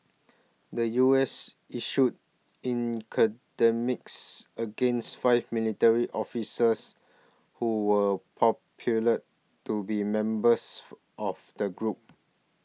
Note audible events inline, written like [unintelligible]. the U S issued [unintelligible] against five military officials who were popular to be members of that group